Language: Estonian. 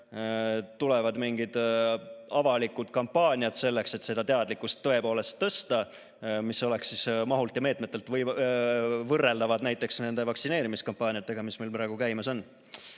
tulevad mingid avalikud kampaaniad selleks, et seda teadlikkust tõepoolest tõsta, mis oleks mahult ja meetmetelt võrreldavad näiteks nende vaktsineerimiskampaaniatega, mis meil praegu käimas on.